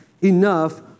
enough